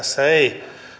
tässä ei